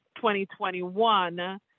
2021